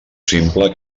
simple